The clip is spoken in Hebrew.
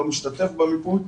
לא משתתף במיפוי,